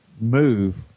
move